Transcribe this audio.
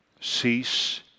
cease